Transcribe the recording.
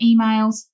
emails